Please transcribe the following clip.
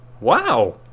Wow